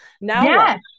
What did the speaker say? Now